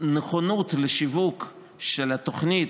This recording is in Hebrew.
המוכנות לשיווק של התוכנית,